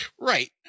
Right